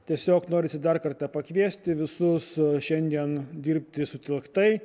tiesiog norisi dar kartą pakviesti visus šiandien dirbti sutelktai